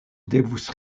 devus